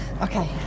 Okay